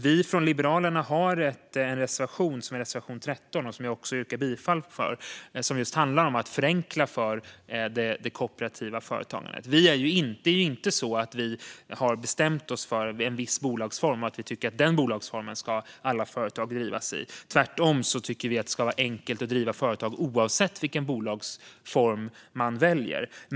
Vi i Liberalerna har en reservation som jag yrkar bifall till, nämligen reservation 13. Den handlar just om att förenkla för det kooperativa företagandet. Det är inte så att vi har bestämt oss för en viss bolagsform och tycker att alla företag ska drivas i den formen; tvärtom tycker vi att det ska vara enkelt att driva företag oavsett vilken bolagsform man väljer.